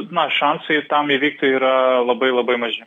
na šansai tam įvykti yra labai labai maži